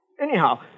Anyhow